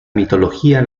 mitología